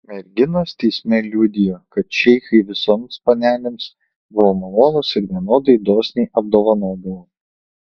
merginos teisme liudijo kad šeichai visoms panelėms buvo malonūs ir vienodai dosniai apdovanodavo